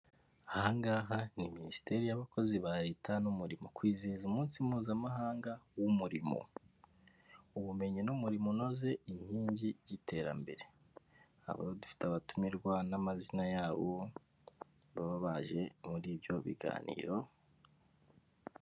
Aha ngaha ni minisiteri y'abakozi ba leta n'umurimo, kwizihiza umunsi mpuzamahanga w'umurimo, ubumenyi n'umurimo unoze ni inkingi y'iterambere, baba dufite abatumirwa n'amazina yabo, baba baje muri ibyo biganiro.